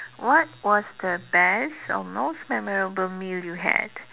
what was the best or most memorable meal you had